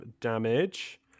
damage